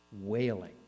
wailing